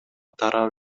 тарап